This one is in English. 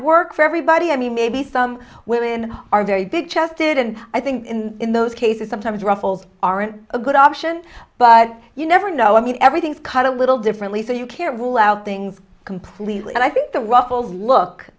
work for everybody i mean maybe some women are very big chested and i think in those cases sometimes ruffles aren't a good option but you never know i mean everything's cut a little differently so you can't rule out things completely and i think the